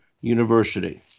University